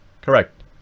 correct